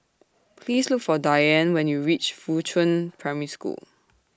Please Look For Diann when YOU REACH Fuchun Primary School